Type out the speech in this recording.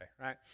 right